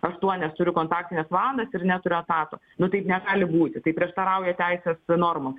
aštuonias turiu kontaktines valandas ir neturiu etato nu taip negali būti tai prieštarauja teisės normom